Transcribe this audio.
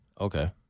Okay